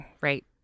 right